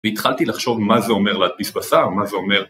והתחלתי לחשוב מה זה אומר להדפיס בשר, מה זה אומר...